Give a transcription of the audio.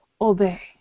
obey